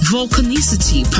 Volcanicity